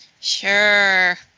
Sure